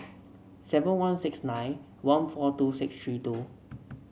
seven one six nine one four two six three two